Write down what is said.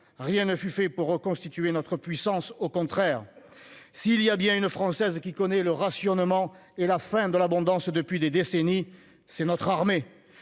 rien ne fut fait pour reconstituer notre puissance. Au contraire ! Si une Française connaît bien le rationnement et la fin de l'abondance depuis des décennies, c'est notre armée